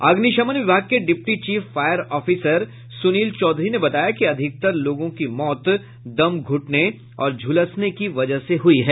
अग्निशमन विभाग के deputy chief fire officer Sunil Chaudhary ने बताया कि अधिकतर लोगों की मौत दम घुटने और झुलसने की वजह से हुई है